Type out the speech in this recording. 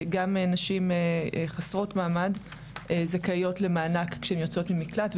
גם נשים חסרות מעמד זכאיות למענק כשהן יוצאות ממקלט,